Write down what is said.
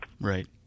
Right